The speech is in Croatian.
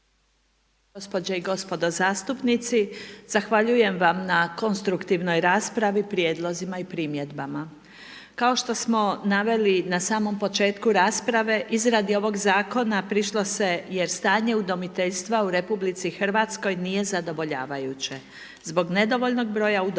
Gospođe i gospodo zastupnici, zahvaljujem vam na konstruktivnoj raspravi, prijedlozima i primjedbama. Kao što smo naveli na samom početku rasprave izradi ovog zakona prišlo se jer stanje udomiteljstva u RH nije zadovoljavajuće. Zbog nedovoljnog broja udomiteljskih